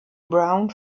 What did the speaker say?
brown